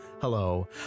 Hello